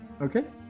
Okay